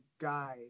guy